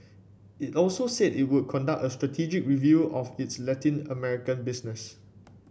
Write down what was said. it also said it would conduct a strategic review of its Latin American business